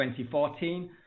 2014